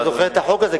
אתה גם זוכר את החוק הזה,